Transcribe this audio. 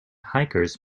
hikers